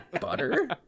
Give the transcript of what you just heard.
Butter